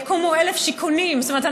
"יקומו אלף שיכונים" זאת אומרת,